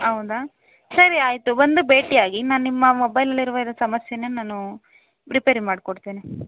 ಹೌದಾ ಸರಿ ಆಯಿತು ಬಂದು ಭೇಟಿ ಆಗಿ ನಾ ನಿಮ್ಮ ಮೊಬೈಲಲ್ಲಿ ಇರೋ ಸಮಸ್ಯೆನ ನಾನು ರಿಪೇರಿ ಮಾಡಿಕೊಡ್ತಿನಿ